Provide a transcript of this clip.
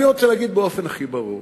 אני רוצה להגיד באופן הכי ברור: